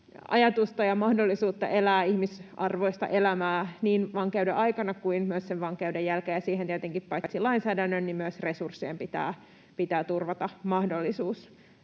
ajatusta ja mahdollisuutta elää ihmisarvoista elämää niin vankeuden aikana kuin myös sen vankeuden jälkeen, ja siihen tietenkin paitsi lainsäädännön niin myös resurssien pitää turvata mahdollisuus.